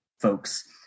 folks